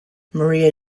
maria